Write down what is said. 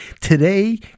today